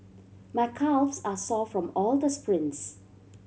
my calves are sore from all the sprints